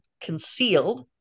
concealed